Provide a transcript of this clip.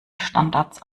standards